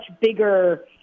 bigger